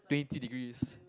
twenty degrees